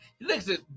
listen